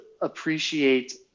appreciate